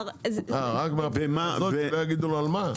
אה, רק מהבחינה הזאת, לא יגידו לו על מה?